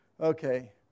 Okay